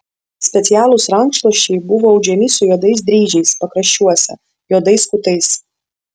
specialūs rankšluosčiai buvo audžiami su juodais dryžiais pakraščiuose juodais kutais